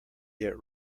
yet